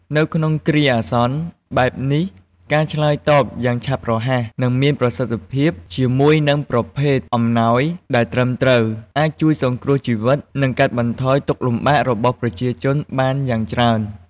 នៅក្នុងគ្រាអាសន្នបែបនេះ ការឆ្លើយតបយ៉ាងឆាប់រហ័ស និងមានប្រសិទ្ធភាព ជាមួយនឹងប្រភេទអំណោយដែលត្រឹមត្រូវ អាចជួយសង្គ្រោះជីវិត និងកាត់បន្ថយទុក្ខលំបាករបស់ប្រជាជនបានយ៉ាងច្រើន។